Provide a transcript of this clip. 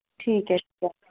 ਠੀਕ ਹੈ ਠੀਕ ਹੈ